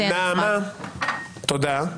נעמה, תודה.